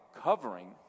covering